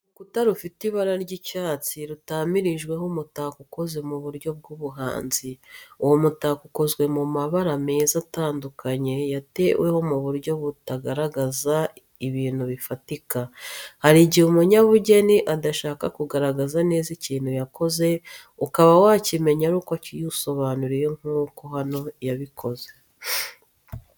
Urukuta rufite ibara ry’icyatsi rutamirijweho umutako ukoze mu buryo bw’ubuhanzi. Uwo mutako ukozwe mu mabara meza atandukanye yateweho mu buryo butagaragaza ibintu bifatika. Hari igihe umunyabugeni adashaka kugaragaza neza ikintu yakoze, ukaba wakimenya aruko akigusobanuriye nk'uko hano yabikoze.